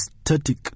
static